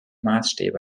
maßstäbe